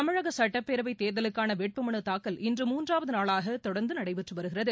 தமிழக சட்டப்பேரவைத் தேர்தலுக்கான வேட்புமனு தாக்கல் இன்று மூன்றாவது நாளாக தொடர்ந்து நடைபெற்று வருகிறது